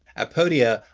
at podia,